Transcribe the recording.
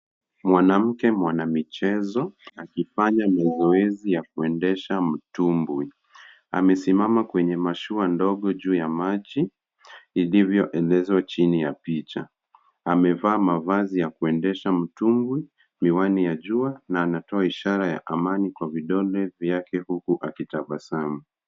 Mwanamke mwanamichezo akifanya mazoezi ya kuendesha mtumbwi. Amesimama kwenye mashua ndogo juu ya maji ilivyoelezwa chini ya picha. Amevaa mavazi ya kuendesha mtumbwi, miwani ya jua na anatoa ishara ya amani kwa vidole vyake huku akitabasamu